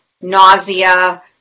nausea